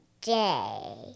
day